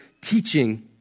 teaching